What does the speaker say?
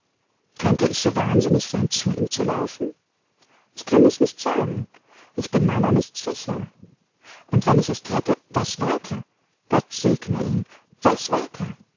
könnte ich so wahnsinnig sein zu ihm zu laufen ich kann es nicht sagen ich bin meiner nicht sicher und wenn ich es thäte was weiter gott segne ihn was weiter